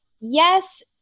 Yes